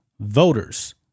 voters